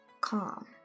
calm